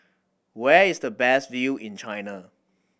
where is the best view in China